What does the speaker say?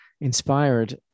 inspired